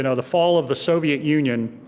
you know the fall of the soviet union,